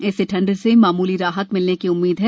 इससे ठंड से मामूली राहत मिलने की उम्मीद है